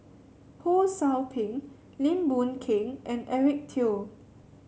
Ho Sou Ping Lim Boon Keng and Eric Teo